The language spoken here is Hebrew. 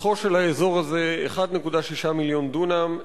שטחו של האזור הזה 1.6 מיליון דונם,